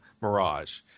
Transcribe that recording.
Mirage